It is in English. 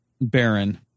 Baron